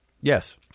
yes